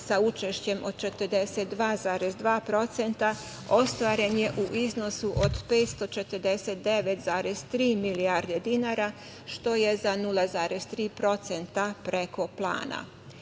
sa učešćem od 42,2% ostvaren je u iznosu od 549,3 milijarde dinara, što je za 0,3% preko plana.